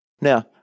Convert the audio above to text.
Now